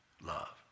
love